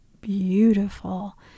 beautiful